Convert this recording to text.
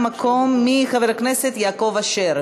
לוועדת הכספים להכנה לקריאה ראשונה.